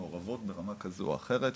מעורבות ברמה כזו או אחרת,